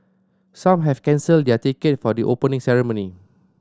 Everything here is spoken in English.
some have cancelled their ticket for the Opening Ceremony